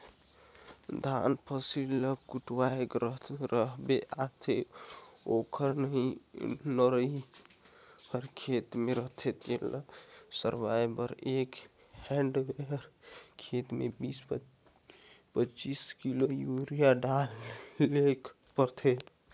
धान फसिल ल कटुवाए रहबे ता ओकर नरई हर खेते में रहथे तेला सरूवाए बर एक हेक्टेयर खेत में बीस पचीस किलो यूरिया डालेक परथे